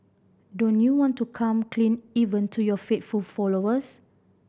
don't you want to come clean even to your faithful followers